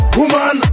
woman